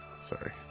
sorry